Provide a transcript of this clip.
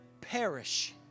perish